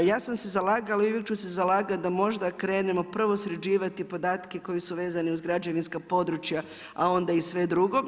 Ja sam se zalagala i uvijek ću se zalagat da možda krenemo prvo sređivati podatke koji su vezani uz građevinska područja, a onda i sve drugo.